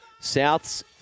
Souths